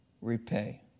repay